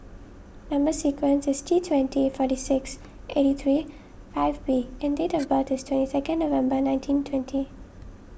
Number Sequence is T twenty forty six eighty three five B and date of birth is twenty second November nineteen twenty